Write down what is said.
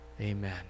Amen